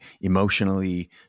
emotionally